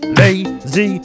lazy